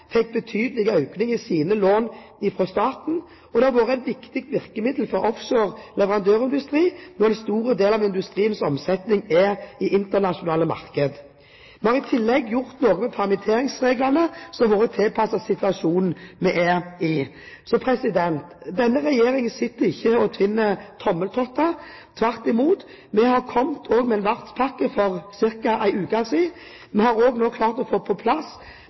fikk betydelig økning i sine lån fra staten. Det har vært et viktig virkemiddel for offshore leverandørindustri, da en stor del av industriens omsetning er i internasjonale markeder. Vi har i tillegg gjort noe med permitteringsreglene, som har vært tilpasset situasjonen vi er i. Denne regjeringen sitter ikke og tvinner tommeltotter. Tvert imot, vi har også kommet med en verftspakke, for ca. en uke siden. Vi har også klart å få på plass